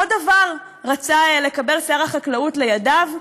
עוד דבר רצה לקבל שר החקלאות לידיו,